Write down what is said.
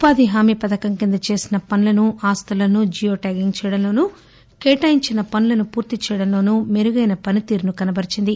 ఉపాధి హామీ పథకం కింద చేసిన పనులను ఆస్తులను జియో ట్యాగింగ్ చేయడంలోనూ కేటాయించిన పనులను పూర్తి చేయడంలోనూ మెరుగైన పనితీరును కనబరిచింది